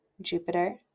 Jupiter